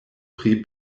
pri